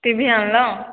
ଟି V ଆଣିଲ